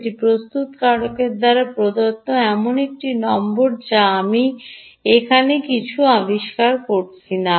এটি প্রস্তুতকারকের দ্বারা প্রদত্ত এমন একটি নম্বর যা আমি এখানে কিছু আবিষ্কার করছি না